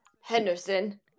Henderson